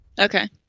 okay